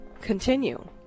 continue